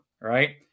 right